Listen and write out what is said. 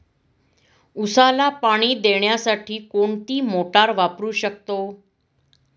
उसाला पाणी देण्यासाठी कोणती मोटार वापरू शकतो?